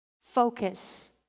Focus